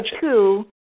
two